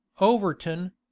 overton